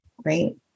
Great